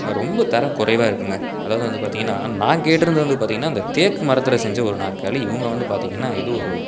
ரொம்ப தரம் குறைவாக இருக்குதுங்க அதாவது வந்து பார்த்தீங்கன்னா நான் கேட்டிருந்தது வந்து பார்த்தீங்கன்னா அந்த தேக்கு மரத்தில் செஞ்ச ஒரு நாற்காலி இவங்க வந்து பார்த்தீங்கன்னா ஏதோ ஒரு